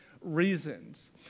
reasons